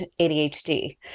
ADHD